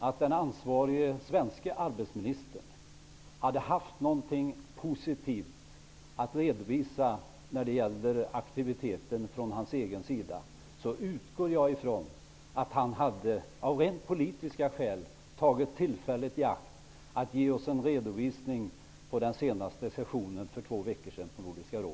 Om den ansvarige svenske arbetsmarknadsministern hade haft någonting positivt att redovisa när det gäller den egna aktiviteten utgår jag ifrån att han av rent politiska skäl hade tagit tillfället i akt att ge oss en redovisning på Nordiska rådets senaste session för två veckor sedan.